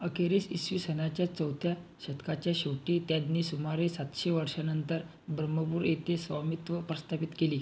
अखेरीस इसवी सनाच्या चौथ्या शतकाच्या शेवटी त्यांनी सुमारे सातशे वर्षानंतर ब्रह्मपूर येथे स्वामित्व प्रस्थापित केले